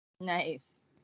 nice